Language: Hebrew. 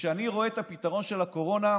וכשאני רואה את הפתרון של הקורונה,